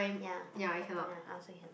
ya ya I also cannot